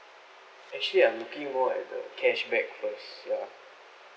actually I'm looking more at the cashback first ya